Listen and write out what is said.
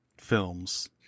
films